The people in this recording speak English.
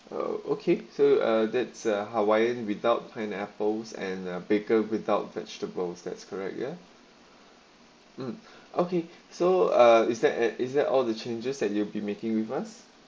oh okay so uh that's a hawaiian without pineapples and uh bacon without vegetables that's correct ya mm okay so uh is that eh is that all the changes that you'll be making with us